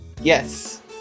Yes